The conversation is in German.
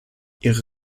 ihre